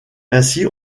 ainsi